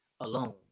alone